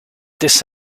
this